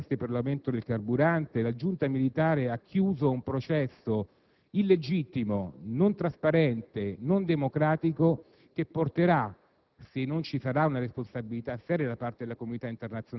al fatto che, contemporaneamente alle proteste per l'aumento del carburante, la giunta militare ha chiuso un processo illegittimo, non trasparente, non democratico, che porterà,